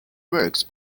works